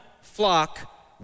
flock